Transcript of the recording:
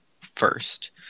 first